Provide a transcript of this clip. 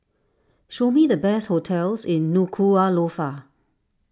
show me the best hotels in Nuku'alofa